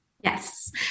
Yes